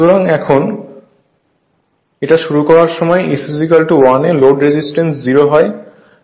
সুতরাং এখন শুরু করার সময় S1 এ লোড রেজিস্ট্যান্স 0 হয়